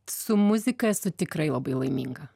su muzika esu tikrai labai laiminga